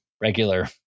regular